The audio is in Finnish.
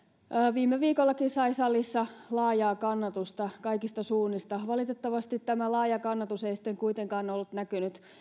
viime viikollakin sai salissa laajaa kannatusta kaikista suunnista valitettavasti tämä laaja kannatus ei sitten kuitenkaan ollut näkynyt